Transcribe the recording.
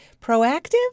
proactive